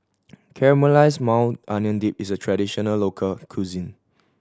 Caramelized Maui Onion Dip is a traditional local cuisine